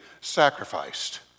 sacrificed